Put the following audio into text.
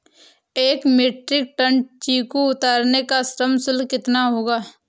एक metric ton चीकू उतारने का श्रम शुल्क कितना होगा?